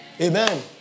Amen